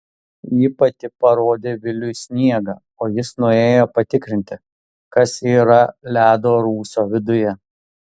ji pati parodė viliui sniegą o jis nuėjo patikrinti kas yra ledo rūsio viduje